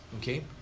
okay